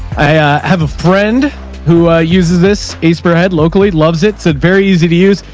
i a have a friend who a uses this, a spearhead locally loves. it's a very easy to use.